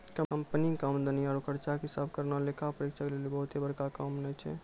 company के आमदनी आरु खर्चा के हिसाब करना लेखा परीक्षक लेली बहुते बड़का काम नै छै